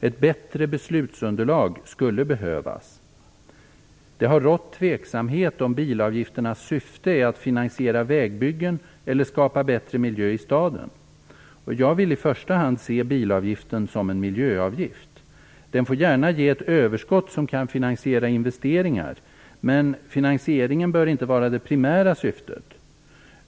Ett bättre beslutsunderlag skulle behövas. Det har rått tveksamhet om bilavgifternas syfte är att finansiera vägbyggen eller skapa bättre miljö i staden. Jag vill i första hand se bilavgiften som en miljöavgift. Den får gärna ge ett överskott som kan finansiera investeringar, men finansieringen bör inte vara det primära syftet.